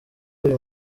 uyu